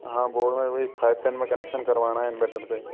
हाँ बोर्ड में वही फाइव टेन में कनेक्शन करवाना है इनवर्टर से